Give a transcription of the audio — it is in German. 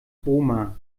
roma